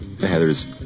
Heather's